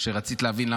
שרצית להבין.